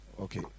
Okay